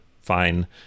fine